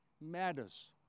matters